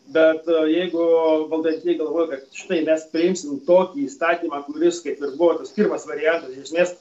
bet jeigu valdantieji galvoja kad štai mes priimsim tokį įstatymą kuris kaip ir buvo tas pirmas variantas iš esmės